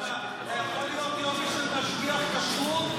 אתה יכול להיות יופי של משגיח כשרות,